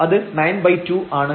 അത് 92 ആണ്